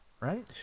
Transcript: right